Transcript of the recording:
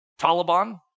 Taliban